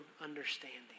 understanding